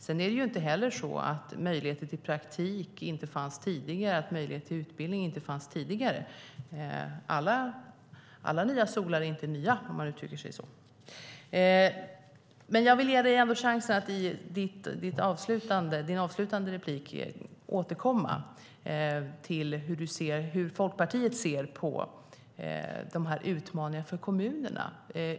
Sedan är det inte heller så att möjligheten till praktik och till utbildning inte fanns tidigare. Alla nya solar är inte nya, om man uttrycker sig så. Jag vill ge dig chansen att i din avslutande replik återkomma till hur Folkpartiet ser på de här utmaningarna för kommunerna.